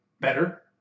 better